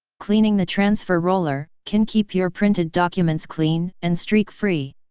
cleaning the transfer roller can keep your printed documents clean and streak-free.